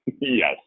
yes